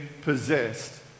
possessed